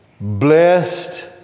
blessed